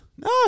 No